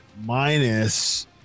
minus